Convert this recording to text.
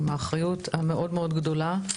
עם האחריות המאוד מאוד גדולה,